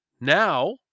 Now